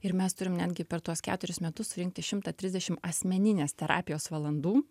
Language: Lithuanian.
ir mes turim netgi per tuos keturis metus surinkti šimtą trisdešim asmeninės terapijos valandų